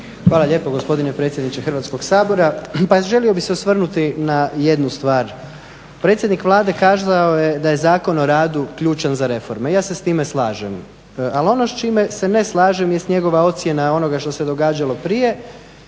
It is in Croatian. Hvala lijepo gospodine predsjedniče Hrvatskog sabora. Pa želimo bih se osvrnuti na jednu stvar. Predsjednik Vlade kazao je da je Zakon o radu ključan za reforme. Ja se s time slažem ali ono s čime se ne slažem jest njegova ocjena onoga što se događalo prije